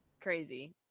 Crazy